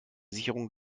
sicherung